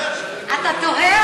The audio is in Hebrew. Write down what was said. ואתה אומר,